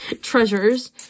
treasures